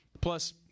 Plus